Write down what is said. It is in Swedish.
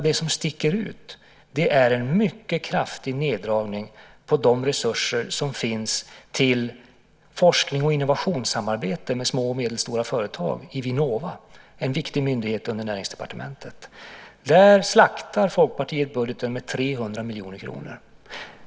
Det som sticker ut är en mycket kraftig neddragning av de resurser som finns till forskning och innovationssamarbete med små och medelstora företag i Vinnova, en viktig myndighet under Näringsdepartementet. Där slaktar Folkpartiet budgeten med 300 miljoner kronor.